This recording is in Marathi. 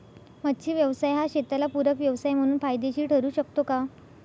मच्छी व्यवसाय हा शेताला पूरक व्यवसाय म्हणून फायदेशीर ठरु शकतो का?